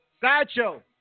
Sideshow